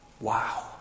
Wow